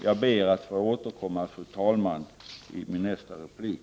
Jag ber, fru talman, att få återkomma till detta i min nästa replik.